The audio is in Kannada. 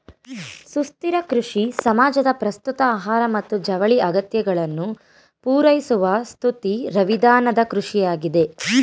ಸುಸ್ಥಿರ ಕೃಷಿ ಸಮಾಜದ ಪ್ರಸ್ತುತ ಆಹಾರ ಮತ್ತು ಜವಳಿ ಅಗತ್ಯಗಳನ್ನು ಪೂರೈಸುವಸುಸ್ಥಿರವಿಧಾನದಕೃಷಿಯಾಗಿದೆ